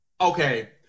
okay